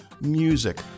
music